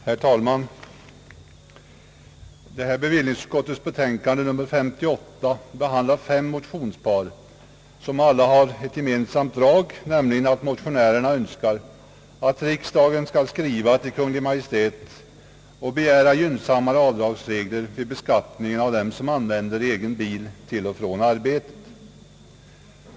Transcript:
Herr talman! Bevillningsutskottets betänkande nr 58 behandlar fem motionspar som alla har ett gemensamt drag, nämligen att motionärerna önskar att riksdagen skall skriva till Kungl. Maj:t och begära gynnsammare avdragsregler vid beskattningen av dem som använder egen bil till och från arbetet.